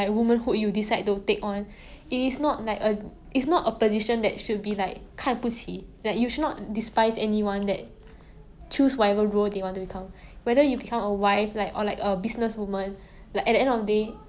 the opportunity